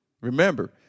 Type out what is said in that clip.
Remember